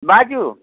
बाजू